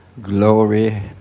Glory